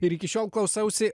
ir iki šiol klausausi